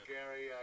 Gary